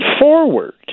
forward